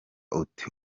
ute